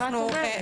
אז מה את אומרת?